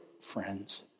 friends